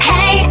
Hey